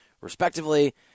respectively